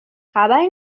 خبری